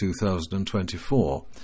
2024